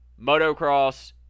motocross